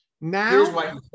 Now